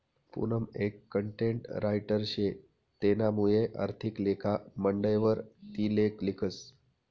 पूनम एक content writer शे तेनामुये आर्थिक लेखा मंडयवर ती लेख लिखस